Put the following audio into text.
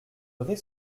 vraie